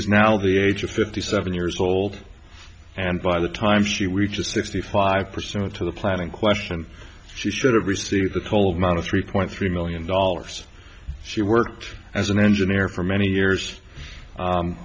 is now the age of fifty seven years old and by the time she we just sixty five percent of the planning question she should have received the cold amount of three point three million dollars she worked as an engineer for many years